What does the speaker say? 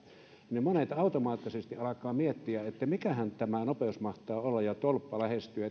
päälle monet automaattisesti alkavat miettiä mikähän tämä nopeus mahtaa olla kun tolppa lähestyy